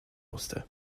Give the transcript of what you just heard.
musste